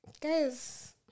Guys